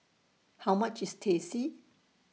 How much IS Teh C